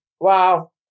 Wow